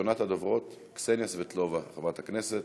ראשונת הדוברות, קסניה סבטלובה, חברת הכנסת.